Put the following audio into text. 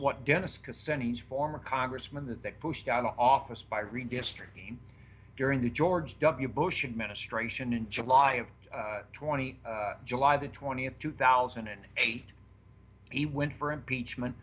he's former congressman that that pushed out of office by redistricting during the george w bush administration in july of twenty july the twentieth two thousand and eight he went for impeachment